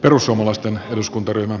arvoisa puhemies